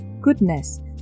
goodness